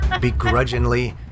begrudgingly